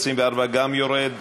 24, גם יורד.